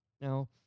Now